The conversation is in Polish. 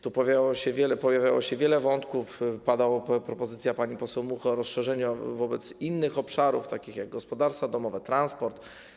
Tu pojawiało się wiele wątków, padała propozycja pani poseł Muchy o rozszerzeniu wobec innych obszarów takich jak gospodarstwa domowe, transport.